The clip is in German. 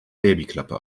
babyklappe